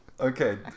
Okay